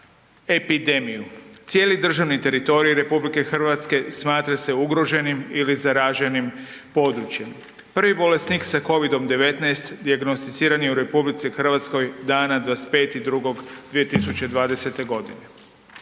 epidemiju. Cijeli državni teritorij RH smatra se ugroženim ili zaraženim područjem. Prvi bolesnik sa Covidom-19 dijagnosticiran je u RH 25.2.2020. godine.